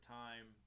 time